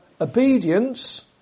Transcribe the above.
obedience